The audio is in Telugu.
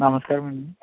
నమస్కారమండీ